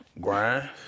Grind